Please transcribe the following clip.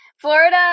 Florida